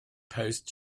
post